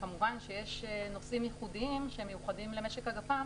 וכמובן שיש נושאים ייחודיים שהם מיוחדים למשק הגפ"מ